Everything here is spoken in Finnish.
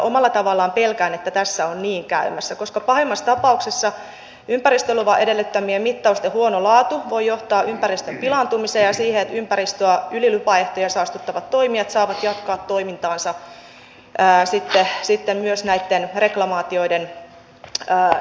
omalla tavallaan pelkään että tässä on niin käymässä koska pahimmassa tapauksessa ympäristöluvan edellyttämien mittausten huono laatu voi johtaa ympäristön pilaantumiseen ja siihen että ympäristöä yli lupaehtojen saastuttavat toimijat saavat jatkaa toimintaansa myös näitten reklamaatioiden jälkeen